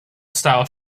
style